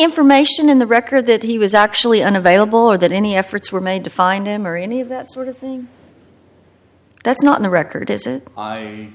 information in the record that he was actually unavailable or that any efforts were made to find him or any of that sort of thing that's not the record i